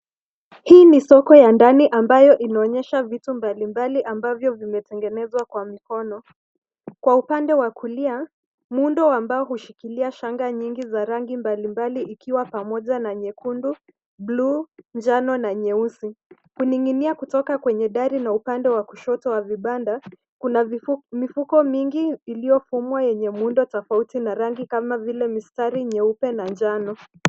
Hii ni soko ya ndani ambayo inaonyesha vitu mbalimbali ambavyo vimetengenezwa kwa mikono. Kwa upande wa kulia, muundo wa mbao ambao hushikilia shanga nyingi za rangi mbalimbali ikiwa pamoja na nyekundu, buluu, njano na nyeusi. Kuning'inia kutoka kwa upande wa kushoto wa vibanda kuna mifuko mingi iliyofumwa kwa rangi nyingi kama vile mistari mieupe na njano.